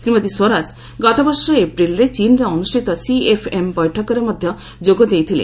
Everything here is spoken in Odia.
ଶ୍ରୀମତୀ ସ୍ୱରାଜ ଗତବର୍ଷ ଏପ୍ିଲ୍ରେ ଚୀନ୍ରେ ଅନୁଷ୍ଠିତ ସିଏଫ୍ଏମ୍ ବୈଠକରେ ମଧ୍ୟ ଯୋଗ ଦେଇଥିଲେ